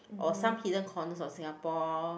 or some hidden corners of Singapore